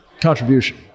contribution